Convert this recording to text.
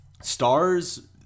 stars